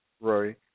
Rory